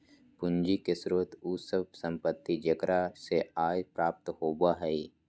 पूंजी के स्रोत उ सब संपत्ति जेकरा से आय प्राप्त होबो हइ